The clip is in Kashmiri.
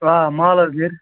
آ مال حظ نیرِ